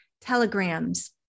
telegrams